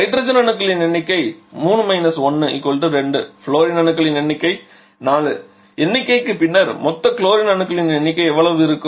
hydrogen அணுக்களின் எண்ணிக்கை 3 1 2 fluorine அணுக்களின் 4 எண்ணிக்கைக்கு பின்னர் மொத்த குளோரின் அணுக்களின் எண்ணிக்கை எவ்வளவு இருக்கும்